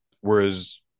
whereas